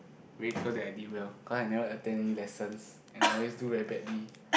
miracle that I did well cause I never attend any lessons and I always do very badly